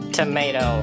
tomato